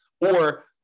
Or-